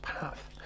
path